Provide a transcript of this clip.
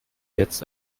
jetzt